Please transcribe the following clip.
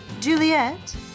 Juliet